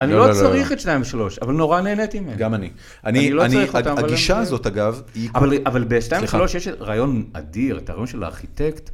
אני לא צריך את שניים ושלוש, אבל נורא נהניתי ממנו. גם אני. אני לא צריך אותם, אבל... הגישה הזאת, אגב, היא כבר... אבל בשניים ושלוש יש רעיון אדיר, רעיון של הארכיטקט.